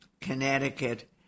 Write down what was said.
Connecticut